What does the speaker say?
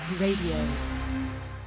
Radio